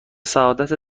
سعادت